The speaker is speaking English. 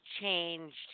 changed